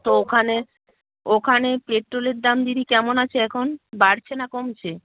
তো ওখানে ওখানে পেট্রোলের দাম দিদি কেমন আছে এখন বাড়ছে না কমছে